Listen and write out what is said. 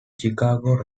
chicago